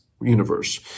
universe